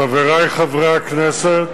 חברי חברי הכנסת,